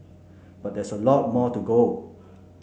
but there's a lot more to go